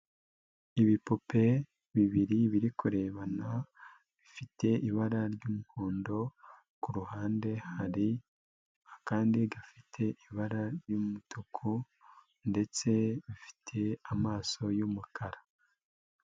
Ibipupe bibiri biri kurebana, bifite ibara ry'umuhondo, kuruhande hari, akandi gafite ibara ry'umutuku, ndetse bifite amaso y'umukara.